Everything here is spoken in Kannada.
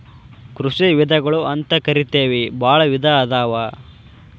ಕೃಷಿ ವಿಧಗಳು ಅಂತಕರಿತೆವಿ ಬಾಳ ವಿಧಾ ಅದಾವ